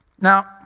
Now